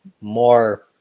more